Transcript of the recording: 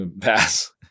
pass